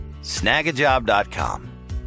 Snagajob.com